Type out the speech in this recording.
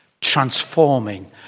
Transforming